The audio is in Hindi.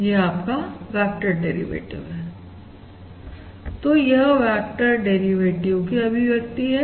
यह आपका वेक्टर डेरिवेटिव है तो यह वेक्टर डेरिवेटिवकी अभिव्यक्ति है